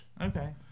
Okay